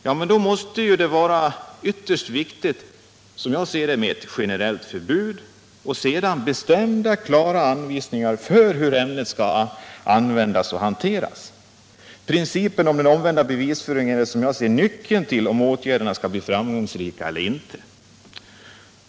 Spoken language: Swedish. Då måste det, som jag ser det, vara ytterst viktigt med ett generellt förbud och sedan bestämda, klara anvisningar för hur ett ämne skall användas och hanteras. Principen om den omvända bevisföringen är nyckeln till om åtgärderna skall bli framgångsrika eller inte.